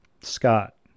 Scott